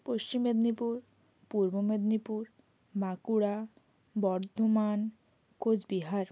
পশ্চিম মেদিনীপুর পূর্ব মেদিনীপুর বাঁকুড়া বর্ধমান কোচবিহার